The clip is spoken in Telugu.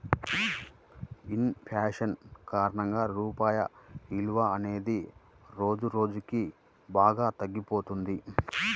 ఇన్ ఫేషన్ కారణంగా రూపాయి విలువ అనేది రోజురోజుకీ బాగా తగ్గిపోతున్నది